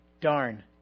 darn